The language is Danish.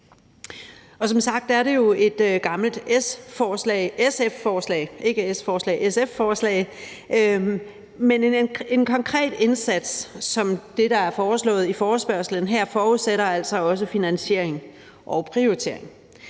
som sagt et gammelt SF-forslag, men en konkret indsats, som der foreslås i forespørgslen her, forudsætter altså også en finansiering og prioritering.